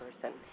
person